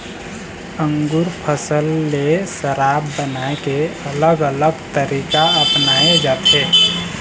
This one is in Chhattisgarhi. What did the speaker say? अंगुर फसल ले शराब बनाए के अलग अलग तरीका अपनाए जाथे